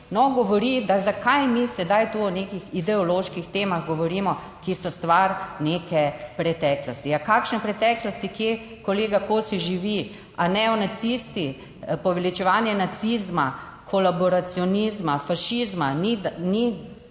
No, govori, da zakaj mi sedaj tu o nekih ideoloških temah govorimo, ki so stvar neke preteklosti. Kakšne preteklosti? Kje kolega Kosi živi? A neonacisti, poveličevanje nacizma, kolaboracionizma, fašizma ni